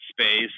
space